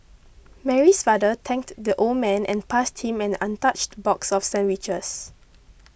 Mary's father thanked the old man and passed him an untouched box of sandwiches